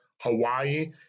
Hawaii